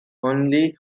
only